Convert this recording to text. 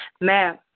ma'am